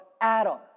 Adam